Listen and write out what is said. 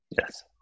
Yes